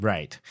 Right